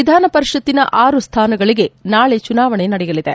ವಿಧಾನಪರಿಷತ್ತಿನ ಆರು ಸ್ಥಾನಗಳಿಗೆ ನಾಳಿ ಚುನಾವಣೆ ನಡೆಯಲಿದೆ